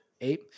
eight